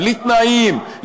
בלי תנאים.